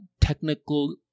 technical